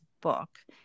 book